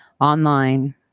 online